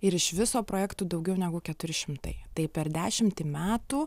ir iš viso projektų daugiau negu keturi šimtai tai per dešimtį metų